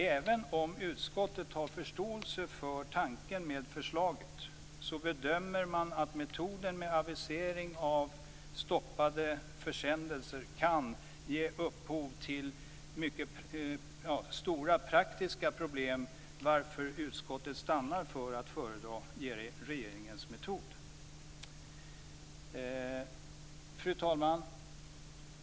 Även om utskottet har förståelse för tanken med förslaget, bedömer man att metoden med avisering av stoppade försändelser kan ge upphov till stora praktiska problem, varför utskottet stannar för att förorda regeringens metod. Fru talman!